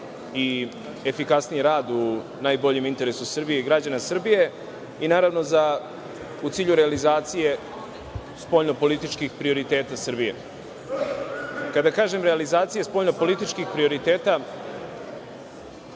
i efikasniji rad u najboljem interesu Srbije i građana Srbije i u cilju realizacije spoljno-političkih prioriteta Srbije. Kada kažem realizacija spoljno-političkih prioriteta,